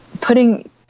putting